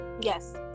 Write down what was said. Yes